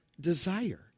desire